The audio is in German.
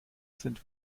sind